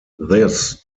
this